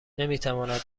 نمیتواند